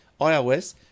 iOS